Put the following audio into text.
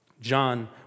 John